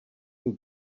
who